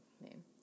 name